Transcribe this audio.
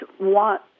want